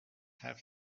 حرف